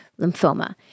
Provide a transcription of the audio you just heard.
lymphoma